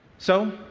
so,